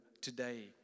today